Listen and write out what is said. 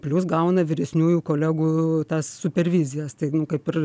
plius gauna vyresniųjų kolegų tas supervizijas tai kaip ir